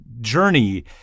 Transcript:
journey